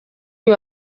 uyu